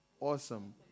awesome